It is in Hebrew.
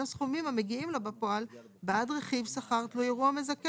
הסכומים המגיעים לו בפועל בעד רכיב שכר תלוי אירוע מזכה.